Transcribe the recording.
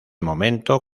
momento